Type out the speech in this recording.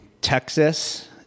Texas